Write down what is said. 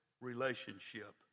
relationship